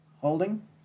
holding